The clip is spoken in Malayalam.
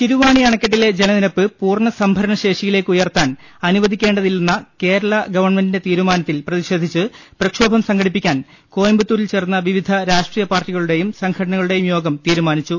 ശിരുവാണി അണക്കെട്ടിലെ ജലനിരപ്പ് പൂർണ സംഭരണശേ ഷിയിലേക്ക് ഉയർത്താൻ അനു വദിക്കേണ്ടതില്ലെന്ന കേരള ഗവൺമെന്റിന്റെ തീരുമാനത്തിൽ പ്രതിഷേധിച്ച് പ്രക്ഷോഭം സംഘ ടിപ്പിക്കാൻ കോയമ്പത്തൂരിൽ ചേർന്ന വിവിധ രാഷ്ട്രീയപാർട്ടി കളുടെയും സംഘടനകളുടെയും യോഗം തീരുമാനിച്ചു